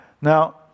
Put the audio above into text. Now